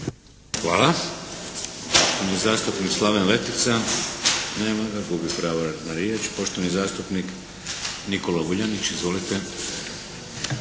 Hvala.